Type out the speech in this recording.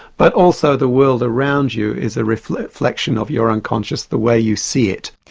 but also the world around you is a reflection of your unconscious, the way you see it.